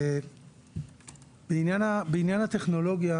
בעניין הטכנולוגיה,